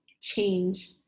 change